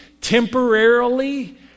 temporarily